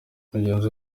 mugenzi